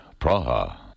Praha